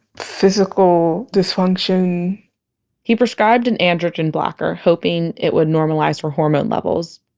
physical dysfunction he prescribed an androgen blocker, hoping it would normalize her hormone levels.